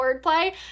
wordplay